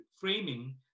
framing